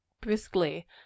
briskly